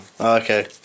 Okay